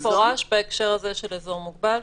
לכן זה נאמר במפורש בהקשר הזה של אזור מוגבל,